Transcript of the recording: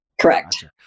Correct